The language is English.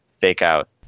fake-out